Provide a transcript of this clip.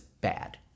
bad